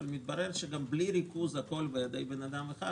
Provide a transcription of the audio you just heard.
אבל מתברר שגם בלי ריכוז הכול בידי אדם אחד,